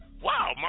wow